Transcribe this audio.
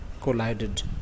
collided